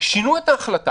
שינו את ההחלטה.